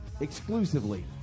exclusively